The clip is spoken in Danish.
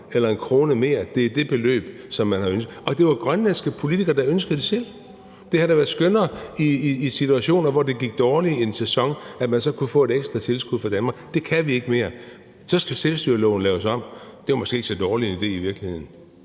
eller 1 kr. mere – det er det beløb, som man har ønsket. Det var grønlandske politikere, der ønskede det selv. Det havde da været skønnere i situationer, hvor det gik dårligt i en sæson, at man så kunne få et ekstra tilskud fra Danmark. Det kan man ikke mere, for så skal selvstyreloven laves om. Og det var måske ikke så dårlig en idé i virkeligheden.